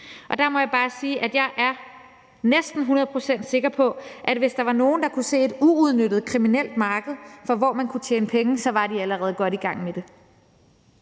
sig. Der må jeg bare sige, at jeg næsten er hundrede procent sikker på, at hvis der var nogen, der kunne se et uudnyttet kriminelt marked for, hvor man kunne tjene penge, så var de allerede godt i gang med det.